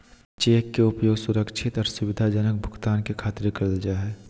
cheque के उपयोग सुरक्षित आर सुविधाजनक भुगतान खातिर करल जा हय